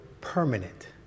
permanent